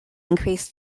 increase